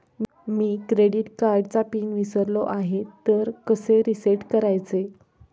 मी credit कार्डचा PIN विसरलो आहे तर कसे रीसेट करायचे?